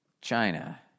China